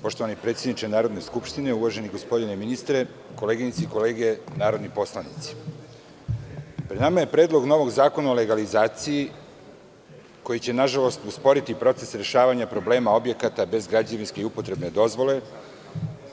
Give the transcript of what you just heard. Poštovani predsedniče Narodne skupštine, uvaženi gospodine ministre, koleginice i kolege narodni poslanici, pred nama je predlog novog zakona o legalizaciji koji će nažalost usporiti proces rešavanja problema objekata bez građevinske i upotrebne dozvole